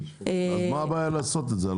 הבעיה לעשות את זה?